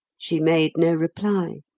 she made no reply,